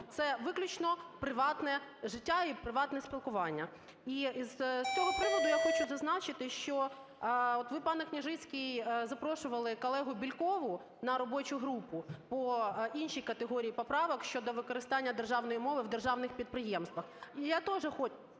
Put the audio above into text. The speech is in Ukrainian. це виключно приватне життя і приватне спілкування. І з того приводу я хочу зазначити, що, от ви, пане Княжицький, запрошували колегу Бєлькову на робочу групу по іншій категорії поправок: щодо використання державної мови в державних підприємствах. І я тоже